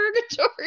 purgatory